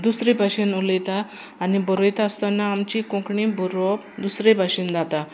दुसरे भाशेन उलयता आनी बरयता आसतना आमची कोंकणी बरोवप दुसरे भाशेन जाता